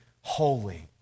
holy